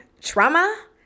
trauma